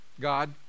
God